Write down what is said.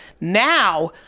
Now